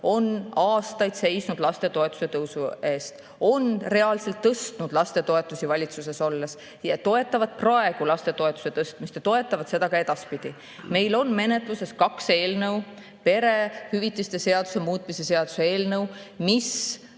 on aastaid seisnud lastetoetuse tõusu eest, on reaalselt tõstnud lastetoetusi valitsuses olles, toetavad praegu lastetoetuste tõstmist ja toetavad seda ka edaspidi. Meil on menetluses kaks eelnõu, perehüvitiste seaduse muutmise seaduse eelnõu, mis